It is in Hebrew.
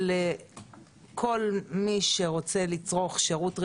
לכל מי שרוצה לצרוך שירות רפואי,